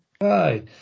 Hi